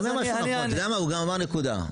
הוא אומר משהו נכון, הוא גם אמר נקודה.